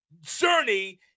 journey